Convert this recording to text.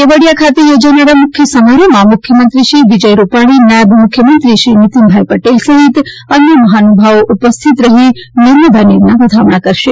કેવડિયા ખાતે યોજાનાર આ મુખ્ય સમારોહમાં મુખ્યમંત્રી શ્રી વિજય રૂપાલી નાયબ મુખ્યમંત્રી શ્રી નીતિનભાઇ પટેલ સહિત અન્ય મહાનુભાવો ઉપસ્થિત રહીને નર્મદા નીરના વધામણા કરશે